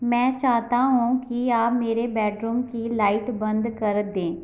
मैं चाहता हूँ कि आप मेरे बेडरूम की लाइट बंद कर दें